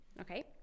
Okay